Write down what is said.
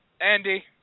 Andy